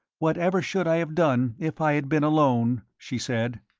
whatever should i have done if i had been alone? she said.